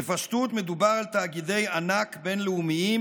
בפשטות, מדובר על תאגידי ענק בין-לאומיים